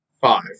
Five